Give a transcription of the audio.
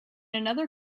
another